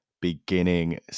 beginning